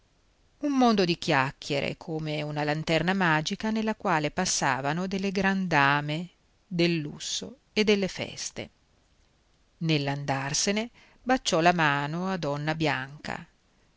un mondo di chiacchiere come una lanterna magica nella quale passavano delle gran dame del lusso e delle feste nell'andarsene baciò la mano a donna bianca